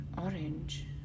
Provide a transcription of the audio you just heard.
orange